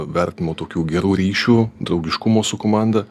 vertinimo tokių gerų ryšių draugiškumo su komanda